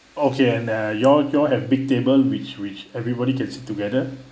okay and uh you all you all have big table which which everybody sit together